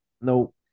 no